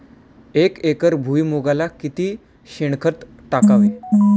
एक एकर भुईमुगाला किती शेणखत टाकावे?